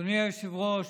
אדוני היושב-ראש,